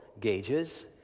gauges